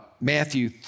Matthew